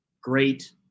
great